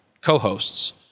co-hosts